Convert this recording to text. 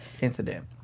incident